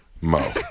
Mo